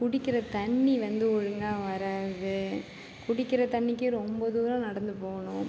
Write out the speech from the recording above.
குடிக்கிற தண்ணி வந்து ஒழுங்காக வராது குடிக்கிற தண்ணிக்கு ரொம்ப தூரம் நடந்து போகணும்